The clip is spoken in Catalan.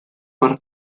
per